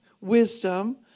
wisdom